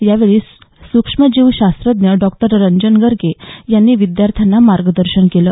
यावेळी सूक्ष्मजीव शास्त्रज्ञ डॉक्टर रंजन गर्गे यांनी विद्यार्थ्यांना मार्गदर्शन केलं